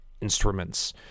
instruments